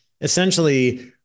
essentially